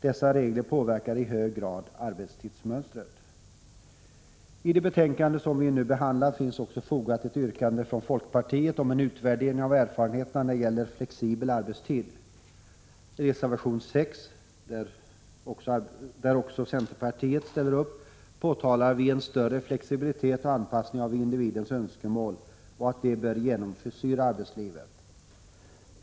Dessa regler påverkar i hög grad arbetstidsmönstret. Till det betänkande som vi nu behandlar finns också fogat ett yrkande från folkpartiet om en utvärdering av erfarenheterna av flexibel arbetstid. I reservation 6, som också centern står bakom, påpekar vi att en större flexibilitet och anpassning av individens önskemål bör genomsyra arbetslivet.